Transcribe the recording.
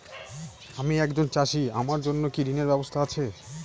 আমি একজন চাষী আমার জন্য কি ঋণের ব্যবস্থা আছে?